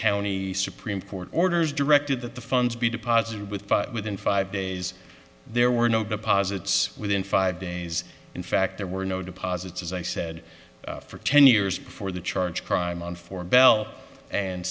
county supreme court orders directed that the funds be deposited with within five days there were no but posits within five days in fact there were no deposits as i said for ten years before the charge crime on four bell and